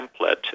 template